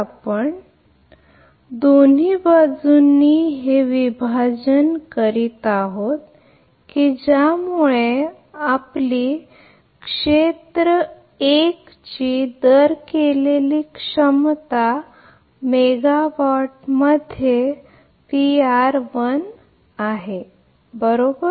आपण दोन्ही बाजूंनी हे विभाजन करीत आहोत की ज्यामुळे आपली क्षेत्र १ ची रेटिंग केलेली क्षमता ती मेगावाटमध्ये आहे बरोबर